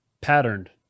patterned